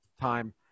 time